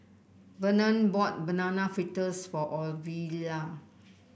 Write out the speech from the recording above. Vernon bought Banana Fritters for Ovila